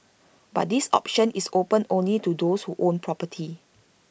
but this option is open only to those who own property